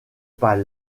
pas